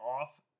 off